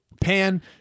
pan